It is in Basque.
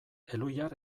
elhuyar